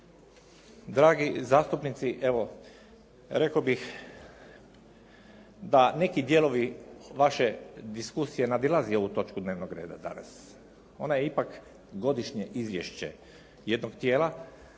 Dragi zastupnici, evo, rekao bih da neki dijelovi vaše diskusije nadilazi ovu točku dnevnog reda danas. Ona je ipak godišnje izvješće jednog tijela,